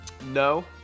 No